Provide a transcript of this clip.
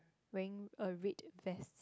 wearing a red vest